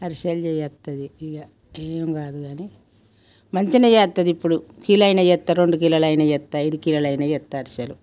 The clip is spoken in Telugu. అరిసెలు జేయత్తది ఇగ ఏం గాదు కాని మంచిగానే జేయత్తది ఇప్పుడు కిలో అయినా చేస్తా రెండు కిలోలయినా చేస్తా ఐదు కిలోలైనా చేస్తా అరిసెలు